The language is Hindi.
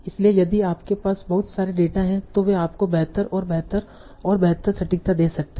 इसलिए यदि आपके पास बहुत सारे डेटा हैं तो वे आपको बेहतर बेहतर और बेहतर सटीकता दे सकते हैं